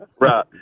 right